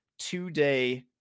two-day